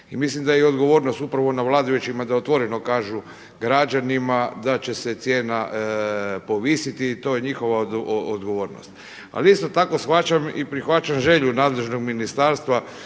mislim da je odgovornost upravo na vladajućima da otvoreno kažu građanima da će se cijena povisiti i to je njihova odgovornost. Ali isto tako shvaćam i prihvaćam želju nadležnog ministarstva